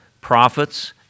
prophets